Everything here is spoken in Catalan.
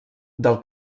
del